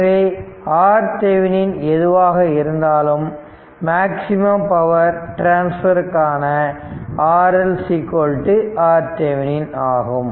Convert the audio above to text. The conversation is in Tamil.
எனவே RThevenin எதுவாக இருந்தாலும் மாக்ஸிமும் பவர் டிரான்ஸ்பர்கான RL RThevenin ஆகும்